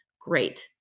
Great